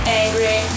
angry